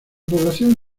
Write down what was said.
población